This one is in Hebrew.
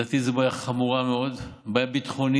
לדעתי זו בעיה חמורה מאוד, בעיה ביטחונית.